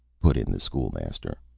put in the school-master.